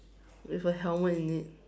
with a helmet in it